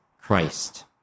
Christ